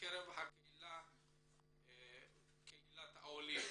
בקרב קהילת העולים